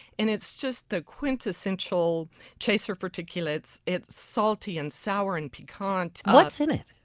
and it's just the quintessential chaser for tequila. it's it's salty, and sour, and picante. what's in it?